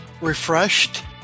refreshed